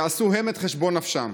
יעשו הם את חשבון נפשם.